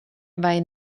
vai